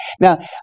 now